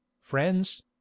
friends